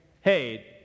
hey